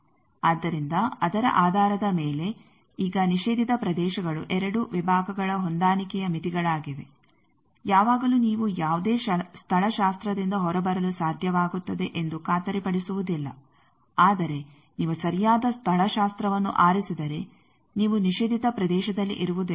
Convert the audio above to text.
ಆದ್ದರಿಂದ ಅದರ ಆಧಾರದ ಮೇಲೆ ಈಗ ನಿಷೇಧಿತ ಪ್ರದೇಶಗಳು 2 ವಿಭಾಗಗಳ ಹೊಂದಾಣಿಕೆಯ ಮಿತಿಗಳಾಗಿವೆ ಯಾವಾಗಲೂ ನೀವು ಯಾವುದೇ ಸ್ಥಳಶಾಸ್ತ್ರದಿಂದ ಹೊರಬರಲು ಸಾಧ್ಯವಾಗುತ್ತದೆ ಎಂದು ಖಾತರಿಪಡಿಸುವುದಿಲ್ಲ ಆದರೆ ನೀವು ಸರಿಯಾದ ಸ್ಥಳಶಾಸ್ತ್ರವನ್ನು ಆರಿಸಿದರೆ ನೀವು ನಿಷೇಧಿತ ಪ್ರದೇಶದಲ್ಲಿ ಇರುವುದಿಲ್ಲ